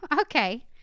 Okay